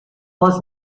was